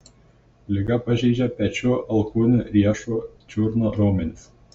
liga pažeidžia pečių alkūnių riešų čiurnų raumenis